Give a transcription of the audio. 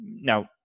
Now